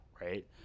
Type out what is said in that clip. right